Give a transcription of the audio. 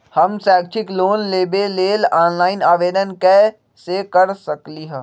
हम शैक्षिक लोन लेबे लेल ऑनलाइन आवेदन कैसे कर सकली ह?